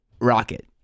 rocket